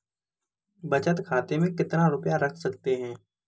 बचत खाते में कितना रुपया रख सकते हैं?